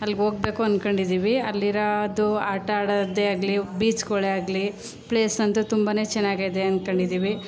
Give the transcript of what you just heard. ಅಲ್ಗೆ ಹೋಗ್ಬೇಕು ಅಂದ್ಕೊಡಿದ್ದೀವಿ ಅಲ್ಲಿರೋದು ಆಟ ಆಡದೇ ಆಗಲಿ ಬೀಚ್ಗಳೇ ಆಗಲಿ ಪ್ಲೇಸ್ ಅಂತೂ ತುಂಬನೇ ಚೆನ್ನಾಗಿದೆ ಅಂದ್ಕೊಂಡಿದ್ದೀವಿ